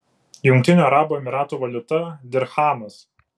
jungtinių arabų emyratų valiuta dirchamas